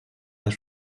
les